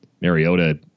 Mariota